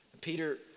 Peter